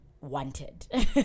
wanted